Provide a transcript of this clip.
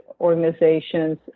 organizations